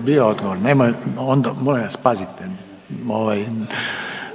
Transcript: Bio odgovor, nemoj, onda molim vas pazite ovaj